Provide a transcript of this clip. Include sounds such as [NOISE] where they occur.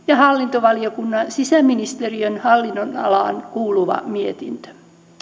[UNINTELLIGIBLE] ja hallintovaliokunnan sisäministeriön hallinnonalaan kuuluva mietintö